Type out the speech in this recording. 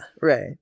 right